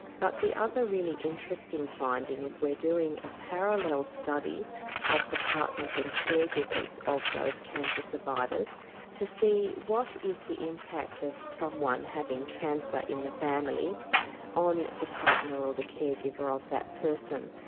but the other really interesting finding is, we're doing a parallel study of the partners and care givers of those cancer survivors to see what is the impact of someone having cancer in the family on the partner or the care giver of that person.